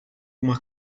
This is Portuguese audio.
uma